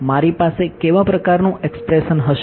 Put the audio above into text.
મારી પાસે કેવા પ્રકારનું એક્સપ્રેશન હશે